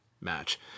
match